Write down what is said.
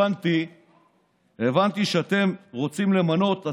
הבנתי שאתם רוצים למנות,